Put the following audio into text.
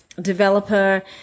developer